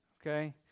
okay